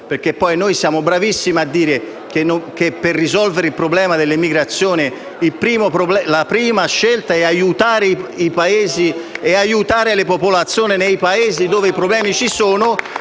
siamo bravissimi a dire che, per risolvere il problema dell'immigrazione, la prima scelta è aiutare le popolazioni nei Paesi d'origine, ma poi,